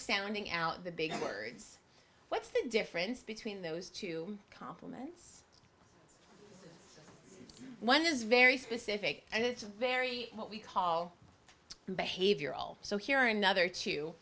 sounding out the big words what's the difference between those two compliments one is very specific and it's a very what we call behavioral so here are another two